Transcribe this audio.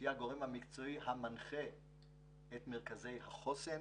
שהיא הגורם המקצועי המנחה את מרכזי החוסן.